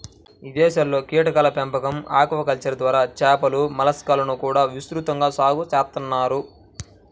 ఇదేశాల్లో కీటకాల పెంపకం, ఆక్వాకల్చర్ ద్వారా చేపలు, మలస్కాలను కూడా విస్తృతంగా సాగు చేత్తన్నారు